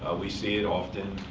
ah we see it often.